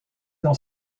dans